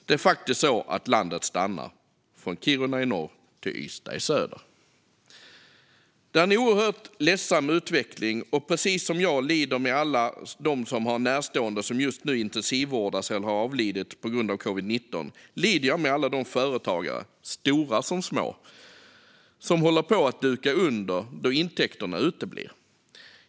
Det är faktiskt så att landet stannar - från Kiruna i norr till Ystad i söder. Det är en oerhört ledsam utveckling, och precis som jag lider med alla de som har närstående som just nu intensivvårdas eller har avlidit på grund av covid-19 lider jag med alla de företagare, stora som små, som håller på att duka under då intäkterna uteblir.